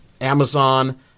Amazon